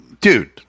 dude